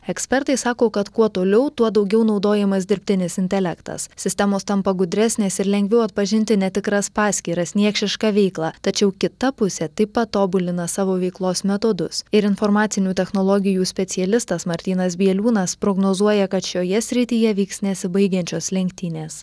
ekspertai sako kad kuo toliau tuo daugiau naudojamas dirbtinis intelektas sistemos tampa gudresnės ir lengviau atpažinti netikras paskyras niekšišką veiklą tačiau kita pusė taip pat tobulina savo veiklos metodus ir informacinių technologijų specialistas martynas bieliūnas prognozuoja kad šioje srityje vyks nesibaigiančios lenktynės